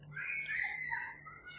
आपण ही स्लाइड वगळू शकतो